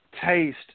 taste